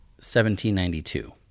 1792